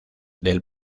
del